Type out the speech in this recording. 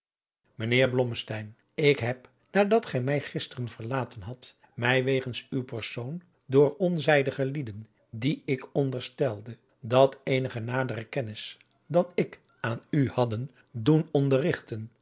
blommesteyn ik heb nadat gij mij gisteren verlaten hadt mij wegens uw persoon door onzijdige lieden die ik onderstelde dat eenige nadere kennis dan ik aan u hadden doen